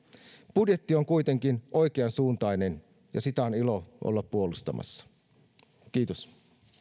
budjetti on kuitenkin oikeansuuntainen ja sitä on ilo olla puolustamassa kiitos